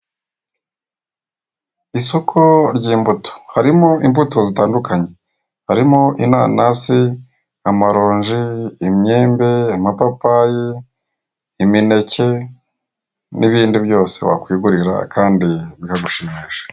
Isoko ry'imbuto harimo imbuto zitandukanye harimo; inanasi, amaronji, imyembe, amapapayi, imineke n'ibindi byose wakwigurira kandi bikagushimisha.